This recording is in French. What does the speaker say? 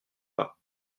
pas